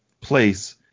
place